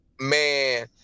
man